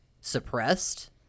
suppressed